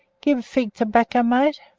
gib fig tobacker, mate?